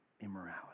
immorality